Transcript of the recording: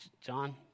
John